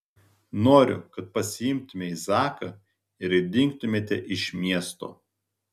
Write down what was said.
noriu kad pasiimtumei zaką ir dingtumėte iš miesto